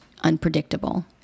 unpredictable